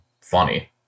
funny